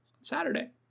Saturday